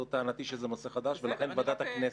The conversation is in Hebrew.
זו טענתי, שזה נושא חדש --- לוועדת הכנסת.